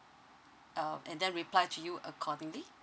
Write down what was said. um and then reply to you accordingly